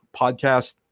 podcast